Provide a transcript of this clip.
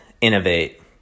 Innovate